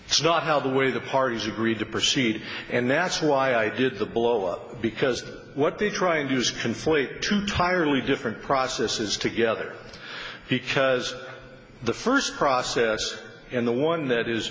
it's not how the way the parties agreed to proceed and that's why i did the blowup because what they try and use conflate two tiredly different processes together because the first process and the one that is